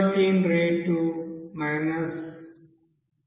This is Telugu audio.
rate mout